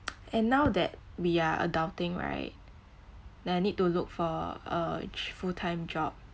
and now that we are adulting right then I need to look for a full time job